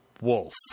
wolf